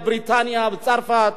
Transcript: את בריטניה וצרפת.